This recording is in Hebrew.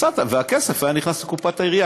והכסף היה נכנס לקופת העירייה,